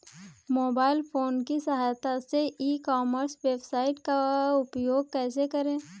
Mobile phone की सहायता से ई कॉमर्स वेबसाइट का उपयोग कैसे करें?